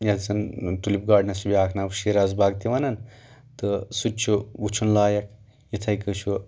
یتھ زن ٹوٗلپ گاڑنس چھُ بیٛاکھ ناو شیٖراز باغ تہِ ونان تہٕ سُہ تہِ چھُ وٕچھُن لایق یِتھٕے کٔنۍ چھُ